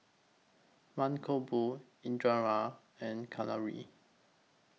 Mankombu Indira and Kalluri